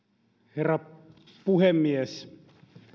herra puhemies